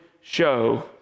show